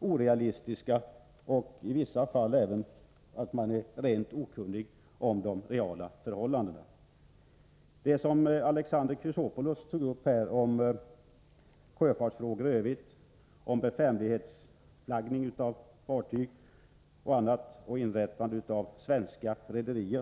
orealistiska och som i vissa fall rent av tyder på att man är okunnig om de verkliga förhållandena. Alexander Chrisopoulos tog upp frågan om bekvämlighetsflaggning av fartyg och frågan om inrättande av svenska rederier.